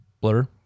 Blur